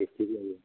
gastric जायो